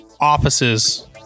offices